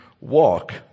walk